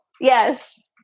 yes